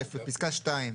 (א)בפסקה (2)